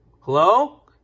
Hello